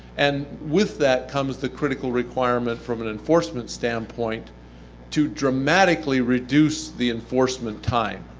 and with that comes the critical requirement from an enforcement standpoint to dramatically reduce the enforcement time.